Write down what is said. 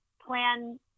plan